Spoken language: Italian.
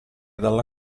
dalla